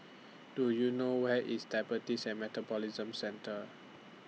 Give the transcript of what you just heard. Do YOU know Where IS Diabetes and Metabolism Centre